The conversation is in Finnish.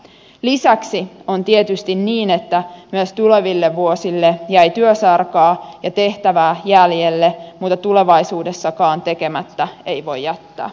lisäksi on tietysti niin että myös tuleville vuosille jäi työsarkaa ja tehtävää jäljelle mutta tulevaisuudessakaan tekemättä ei voi jättää